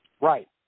Right